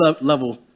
level